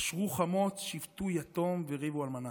אשרו חמוץ, שפטו יתום, ריבו אלמנה...